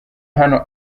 hano